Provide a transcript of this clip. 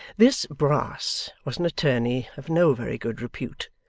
this brass was an attorney of no very good repute,